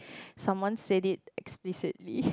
someone said it explicitly